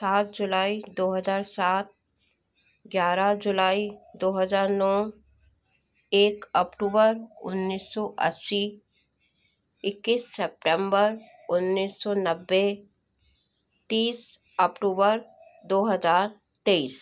सात जुलाई दो हजार सात ग्यारह जुलाई दो हजार नौ एक अक्टूबर उन्नीस सौ अस्सी इक्कीस सेप्टेम्बर उन्नीस सौ नब्बे तीस अक्टूबर दो हजार तेईस